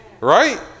Right